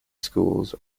schools